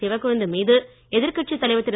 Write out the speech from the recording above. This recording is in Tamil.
சிவக்கொழுந்து மீது எதிர்கட்சித் தலைவர் திரு